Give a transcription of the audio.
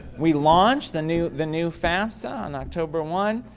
we launch the new the new fafsa on october one.